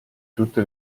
tutte